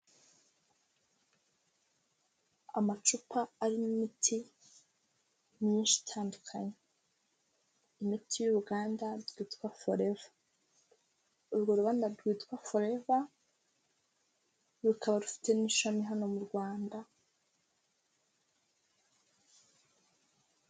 Amacupa arimo imiti myinshi itandukanye. Imiti y'uruganda rwitwa foreva. Urwo uruganda rwitwa foreva rukaba rufite n'ishami hano mu Rwanda.